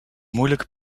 moeilijke